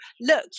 look